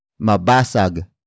Mabasag